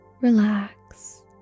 Relax